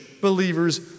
believers